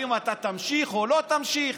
אם אתה תמשיך או לא תמשיך,